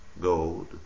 gold